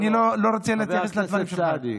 אני לא רוצה להתייחס לדברים שלך.